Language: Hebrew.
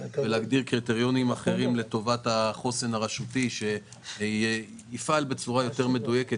להגדיר קריטריונים אחרים לטובת החוסן הרשותי שיפעל בצורה מדויקת יותר.